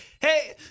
hey